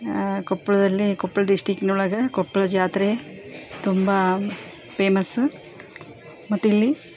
ಕೊಪ್ಪಳದಲ್ಲಿ ಕೊಪ್ಳ ಡಿಸ್ಟಿಕ್ನೊಳಗೆ ಕೊಪ್ಳ ಜಾತ್ರೆ ತುಂಬ ಪೇಮಸ ಮತ್ತಿಲ್ಲಿ